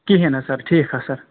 کِہیٖنۍ حظ سَر ٹھیٖک حظ سَر